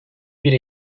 bir